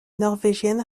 norvégienne